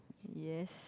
yes